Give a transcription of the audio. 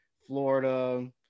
Florida